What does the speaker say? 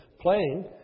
playing